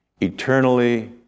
eternally